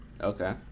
Okay